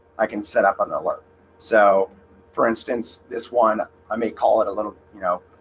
i can set up on the load so for instance this one i may call it a little, you know,